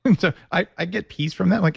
and so i i get peace from that. like,